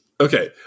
Okay